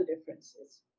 differences